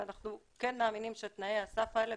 אנחנו כן מאמינים שתנאי הסף האלה,